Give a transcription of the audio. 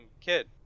kid